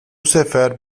sefer